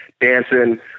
dancing